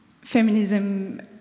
feminism